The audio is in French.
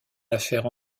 l’affaire